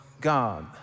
God